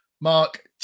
Mark